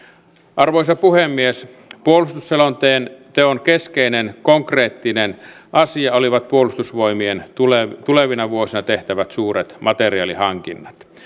arvoisa puhemies puolustusselonteon keskeinen konkreettinen asia olivat puolustusvoimien tulevina tulevina vuosina tehtävät suuret materiaalihankinnat